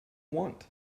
want